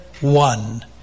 one